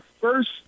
first